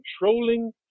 controlling